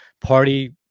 party